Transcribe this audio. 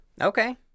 Okay